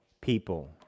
people